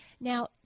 Now